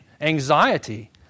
anxiety